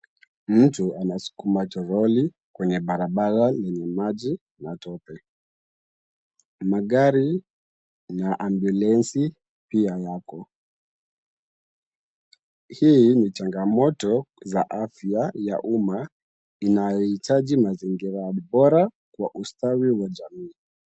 Mtu anasukuma toroli kwenye barabara yenye maji na tope. Magari na ambulensi pia yako. Hii ni changamoto za afya ya umma inayohitaji mazingira bora kwa ustawi wa jamii.